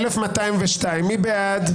1,209 מי בעד?